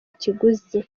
kiguzi